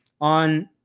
on